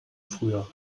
früher